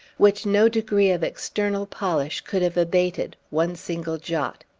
which no degree of external polish could have abated one single jot.